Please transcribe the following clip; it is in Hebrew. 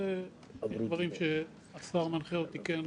יש דברים שהשר מנחה אותי כן,